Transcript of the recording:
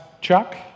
Chuck